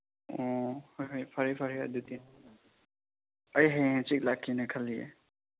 ꯑꯣ ꯍꯣꯏ ꯍꯣꯏ ꯐꯔꯦ ꯐꯔꯦ ꯑꯗꯨꯗꯤ ꯑꯩ ꯍꯌꯦꯡ ꯍꯥꯡꯆꯤꯠ ꯂꯥꯛꯀꯦꯅ ꯈꯜꯂꯤꯌꯦ